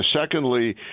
Secondly